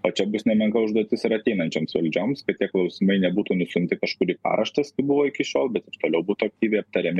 o čia bus nemenka užduotis ir ateinančioms valdžioms kad tie klausimai nebūtų nustumti kažkur į paraštes kaip buvo iki šiol bet ir toliau būtų aktyviai aptariami